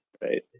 right